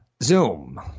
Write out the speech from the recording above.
Zoom